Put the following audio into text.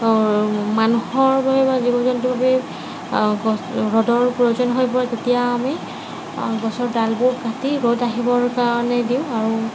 মানুহৰ বা জীৱ জন্তুবোৰক ৰ'দৰ প্ৰয়োজন হৈ পৰে তেতিয়া আমি আ গছৰ ডালবোৰ কাটি ৰ'দ আহিবৰ কাৰণে দিওঁ আৰু